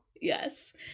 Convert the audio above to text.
yes